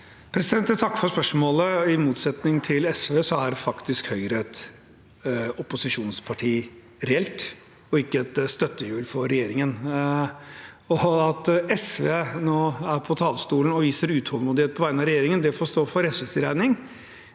takker for spørsmålet. I motsetning til SV er Høyre et reelt opposisjonsparti og ikke et støttehjul for regjeringen. At SV nå er på talerstolen og viser utålmodighet på vegne av regjeringen, får stå for SV sin regning.